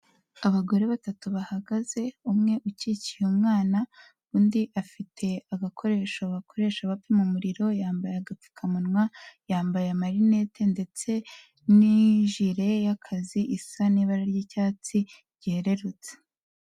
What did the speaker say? Abagore batatu bahagaze, umwe ukikiye umwana, undi afite agakoresho bakoresha bapima umuriro, yambaye agapfukamunwa, yambaye amarinete ndetse n'ijire y'akazi isa n'ibara ry'icyatsi ryererutse.